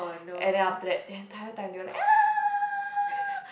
and then after that the entire time they were like